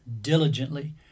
diligently